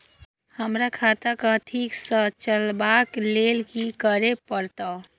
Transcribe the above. हमरा खाता क ठीक स चलबाक लेल की करे परतै